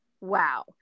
Wow